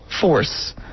force